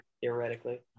theoretically